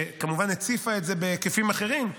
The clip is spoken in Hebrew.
שכמובן הציפה את זה בהיקפים אחרים,